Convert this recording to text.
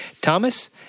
Thomas